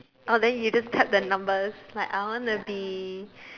oh then you just tap the numbers like I want to be